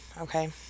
okay